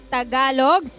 Tagalog